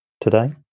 today